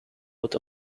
out